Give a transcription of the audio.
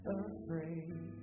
afraid